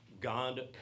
God